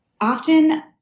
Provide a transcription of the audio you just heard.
often